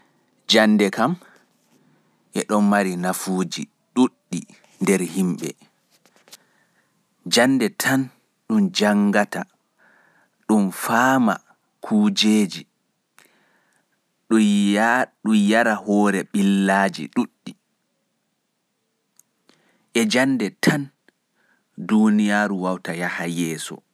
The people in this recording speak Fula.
Jannde kam e mari nafuuji ɗuɗɗi nder himɓeeji. E jannde tan ɗun faamata kujeeji ɗun yarahoore ɓillaaji. E jannde duniyaaru yahata yeeso.